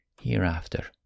hereafter